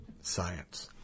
science